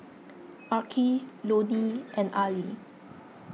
Arkie Lonny and Ali